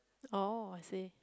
oh I see